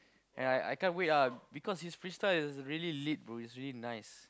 and I I can't wait ah because his freestyle is really lit bro it's really nice